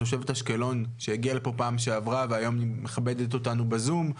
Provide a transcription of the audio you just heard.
תושבת אשקלון שהגיעה לפה בפעם שעברה והיום מכבדת אותנו בזום.